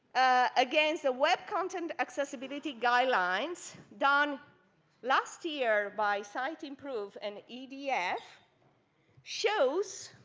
against the web content accessibility guidelines done last year by siteimprove and edf shows.